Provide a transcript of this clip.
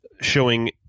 showing